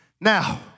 Now